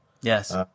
Yes